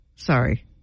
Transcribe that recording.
Sorry